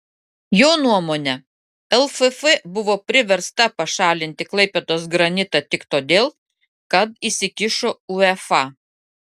jo nuomone lff buvo priversta pašalinti klaipėdos granitą tik todėl kad įsikišo uefa